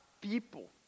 people